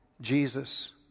Jesus